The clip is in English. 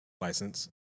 license